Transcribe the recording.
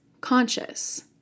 conscious